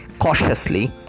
cautiously